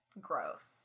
gross